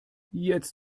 jetzt